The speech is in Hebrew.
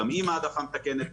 גם עם העדפה מתקנת.